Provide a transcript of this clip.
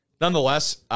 nonetheless –